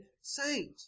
saint